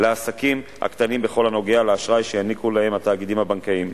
לעסקים הקטנים בכל הנוגע לאשראי שיעניקו להם התאגידים הבנקאיים.